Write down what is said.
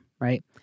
right